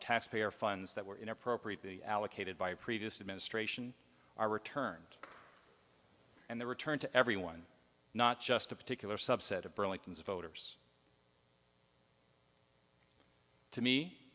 taxpayer funds that were inappropriate the allocated by a previous administration are returned and the return to everyone not just a particular subset of burlington's voters to me